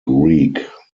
greek